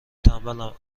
تنبلم